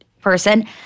person